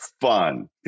Fun